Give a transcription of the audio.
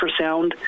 ultrasound